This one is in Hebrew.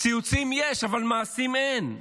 ציוצים יש, אבל מעשים אין.